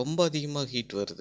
ரொம்ப அதிகமாக ஹீட் வருது